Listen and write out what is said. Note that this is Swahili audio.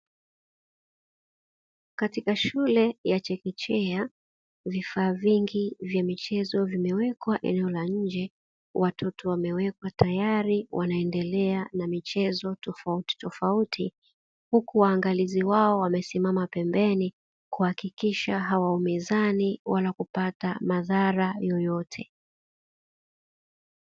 Katika shule ya chekechea vifaa vingi vya michezo vimewekwa eneo la nje watoto, wamewekwa tayari wanaendelea na michezo tofauti tofauti huku waangalizi wao wamesimama pembeni kuhakikisha hawaumizani wala kupata madhara yoyote.